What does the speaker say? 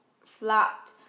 flat